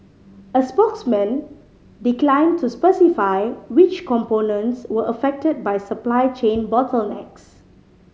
a spokesman declined to specify which components were affected by supply chain bottlenecks